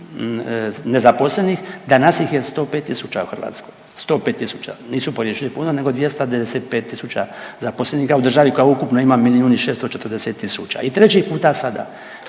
nezaposlenih danas ih je 105000 u Hrvatskoj, 105000 nisu pogriješili puno, nego 295000 zaposlenih u državi koja ima ukupno ima milijun i 640 tisuća. I treći puta sada